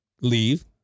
leave